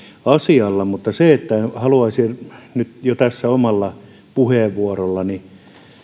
asialla mutta haluaisin nyt jo tässä omalla puheenvuorollani